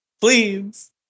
Please